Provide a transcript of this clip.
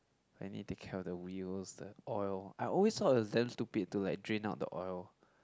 I need take care of the wheels the oil I always thought it was damn stupid to like drain out the oil